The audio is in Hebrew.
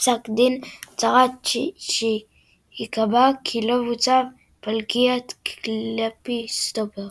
הצהרתי שיקבע כי לא בוצע פלגיאט כלפי סטופר.